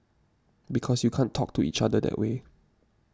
because you can't talk to each other that way